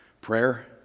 Prayer